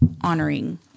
honoring